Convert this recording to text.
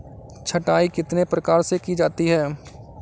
छँटाई कितने प्रकार से की जा सकती है?